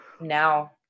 now